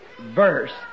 verse